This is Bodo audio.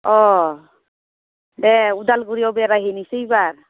अ दे अदालगुरियाव बेरायहैनोसै एबार